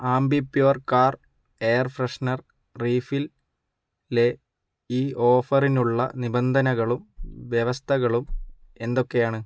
Ambi Pur car air freshener refill ലേ ഈ ഓഫറിനുള്ള നിബന്ധനകളും വ്യവസ്ഥകളും എന്തൊക്കെയാണ്